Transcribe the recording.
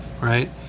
right